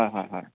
হয় হয় হয়